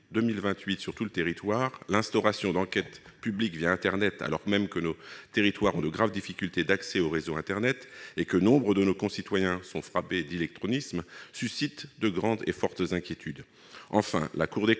sur tout le territoire, et l'instauration d'enquêtes publiques internet, alors même que nos territoires ont de graves difficultés d'accès au réseau internet et que nombre de nos concitoyens sont frappés d'illectronisme, suscitent de grandes et fortes inquiétudes. Enfin, le